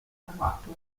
agguato